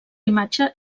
imatge